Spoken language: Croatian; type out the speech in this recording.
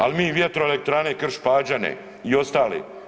Ali mi vjetroelektrane Krš-Pađene i ostale.